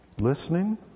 listening